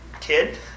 kid